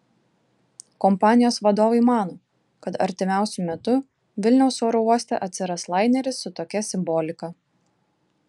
kompanijos vadovai mano kad artimiausiu metu vilniaus oro uoste atsiras laineris su tokia simbolika